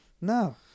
No